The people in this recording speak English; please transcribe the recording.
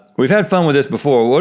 we've had fun with this before.